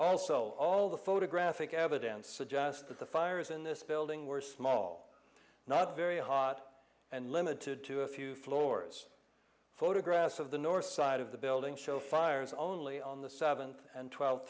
also all the photographic evidence suggests that the fires in this building were small not very hot and limited to a few floors photographs of the north side of the building show fires only on the seventh and twelve